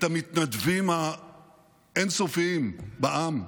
את המתנדבים האין-סופיים בעם.